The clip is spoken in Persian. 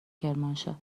کرمانشاه